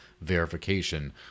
Verification